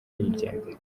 yigendera